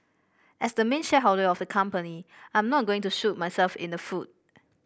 as the main shareholder of the company I am not going to shoot myself in the foot